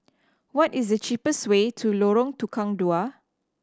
what is the cheapest way to Lorong Tukang Dua